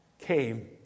came